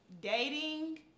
dating